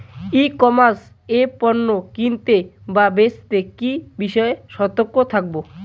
ই commerce এ পণ্য কিনতে বা বেচতে কি বিষয়ে সতর্ক থাকব?